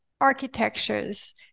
architectures